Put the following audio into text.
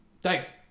Thanks